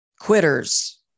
quitters